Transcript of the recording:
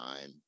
time